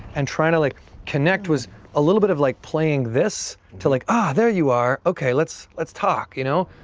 and trying to like connect, was a little bit of like playing this, to like, ah, there you are, okay, let's let's talk, you know?